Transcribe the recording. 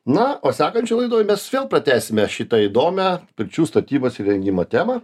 na o sekančioj laidoj mes vėl pratęsime šitą įdomią pirčių statybos įrengimo temą